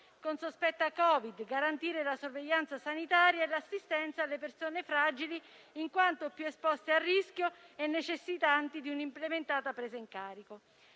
con sospetto Covid-19; nel garantire la sorveglianza sanitaria e assistenza alle persone fragili, in quanto più esposte a rischio e alla necessità, anzi, di un implementata presa in carico